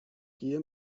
gehe